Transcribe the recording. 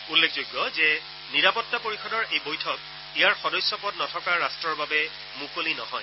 উল্লেখযোগ্য যে নিৰাপতা পৰিযদৰ এই বৈঠক ইয়াৰ সদস্য পদ নথকা ৰট্টৰ বাবে মুকলি নহয়